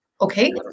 Okay